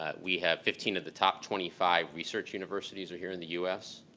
ah we have fifteen of the top twenty five research universities are here in the us.